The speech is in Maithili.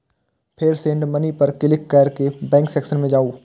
फेर सेंड मनी पर क्लिक कैर के बैंक सेक्शन मे जाउ